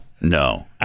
No